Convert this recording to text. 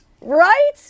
Right